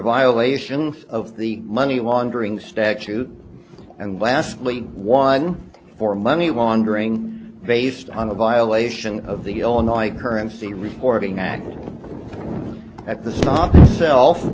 violation of the money laundering statute and lastly one for money laundering based on a violation of the illinois currency reporting act at the stump self